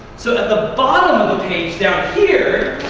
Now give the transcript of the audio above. so at the bottom of the page down here,